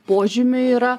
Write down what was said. požymių yra